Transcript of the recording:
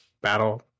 battle